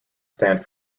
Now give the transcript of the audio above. stand